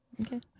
Okay